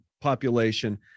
population